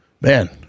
Man